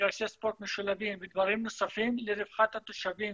מגרשי ספורט משולבים ודברים נוספים לרווחת התושבים